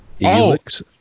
Elix